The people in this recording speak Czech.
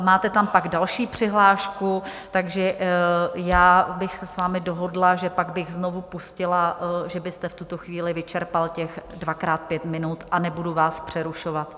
Máte tam pak další přihlášku, takže já bych s vámi dohodla, že pak bych znovu pustila, že byste v tuto chvíli vyčerpal těch dvakrát pět minut, a nebudu vás přerušovat.